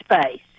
space